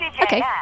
okay